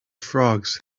frogs